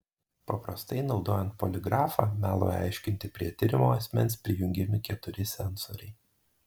paprastai naudojant poligrafą melui aiškinti prie tiriamo asmens prijungiami keturi sensoriai